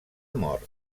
mort